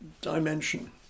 dimension